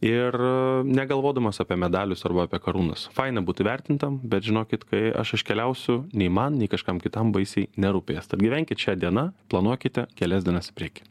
ir negalvodamas apie medalius arba apie karūnas faina būt įvertintam bet žinokit kai aš iškeliausiu nei man nei kažkam kitam baisiai nerūpės tad gyvenkit šia diena planuokite kelias dienas į priekį